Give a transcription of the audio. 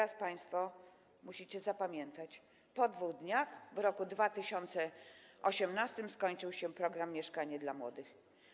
Teraz państwo musicie zapamiętać: po 2 dniach w roku 2018 skończył się program „Mieszkanie dla młodych”